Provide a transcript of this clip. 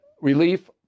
relief